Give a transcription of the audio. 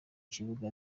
kibuga